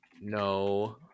No